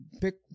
pick